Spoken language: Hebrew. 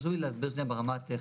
חשוב לי להסביר כאן ברמה הטכנית.